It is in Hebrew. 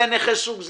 זה נכה מסוג זה,